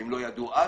ואם הם לא ידעו אז,